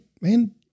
man